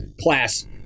class